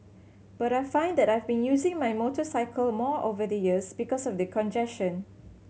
but I find that I've been using my motorcycle more over the years because of the congestion